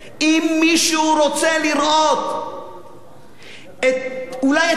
אם מישהו רוצה לראות אולי את המאבק